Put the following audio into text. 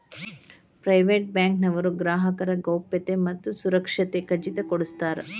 private bank ನವರು ಗ್ರಾಹಕರ ಗೌಪ್ಯತೆ ಮತ್ತ ಸುರಕ್ಷತೆ ಖಚಿತ ಕೊಡ್ಸತಾರ